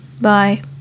Bye